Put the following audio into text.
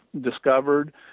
discovered